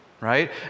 right